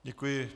Děkuji.